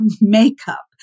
makeup